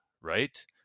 right